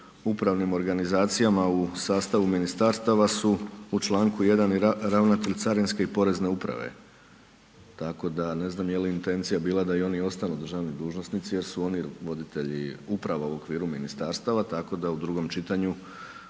upravnim organizacijama u sastavu ministarstava su u čl. 1. i ravnatelj carinske i porezne uprave. Tako da ne znam, je li intencija bila da oni ostanu državni dužnosnici, jer su oni voditelji upravo u okviru ministarstava, tako da u drugom čitanju,